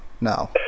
no